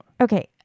Okay